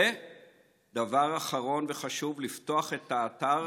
ודבר אחרון וחשוב, לפתוח את האתר